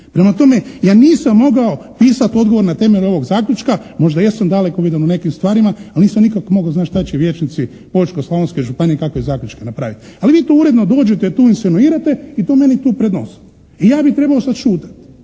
Prema tome, ja nisam mogao pisati odgovor na temelju ovog zaključka. Možda jesam dalekovidan u nekim stvarima ali nisam nikako mogao znati šta će vijećnici Požeško-slavonske županije i kakve zaključke napraviti. Ali vi to uredno dođete i to insinuirate i to meni tu pred nosom. I ja bih trebao sada šutjeti.